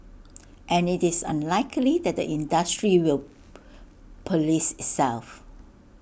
and IT is unlikely that the industry will Police itself